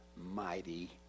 mighty